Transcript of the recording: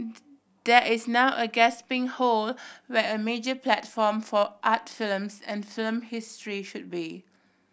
there is now a gasping hole where a major platform for art films and film history should be